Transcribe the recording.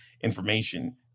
information